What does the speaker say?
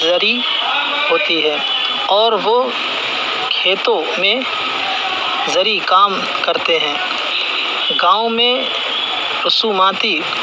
زرعی ہوتی ہے اور وہ کھیتوں میں زرعی کام کرتے ہیں گاؤں میں رسوماتی